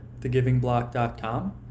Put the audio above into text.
thegivingblock.com